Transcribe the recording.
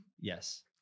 Yes